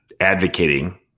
advocating